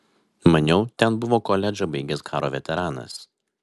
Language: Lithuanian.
maniau ten buvo koledžą baigęs karo veteranas